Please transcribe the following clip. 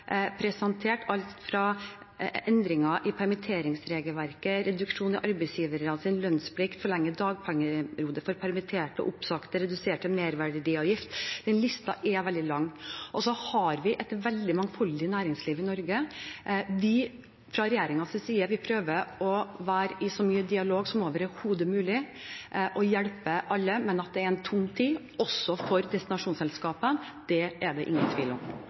presentert, alt fra endringer i permitteringsregelverket, reduksjon i arbeidsgiveravgiften, lønnsplikt, forlenget dagpengeperiode for permitterte og oppsagte til redusert merverdiavgift. Den listen er veldig lang. Og så har vi et veldig mangfoldig næringsliv i Norge. Fra regjeringens side prøver vi å være så mye i dialog som overhodet mulig og hjelpe alle, men at det er en tung tid også for destinasjonsselskapene, er det ingen tvil om.